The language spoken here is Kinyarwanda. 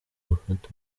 gufata